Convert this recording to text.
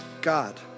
God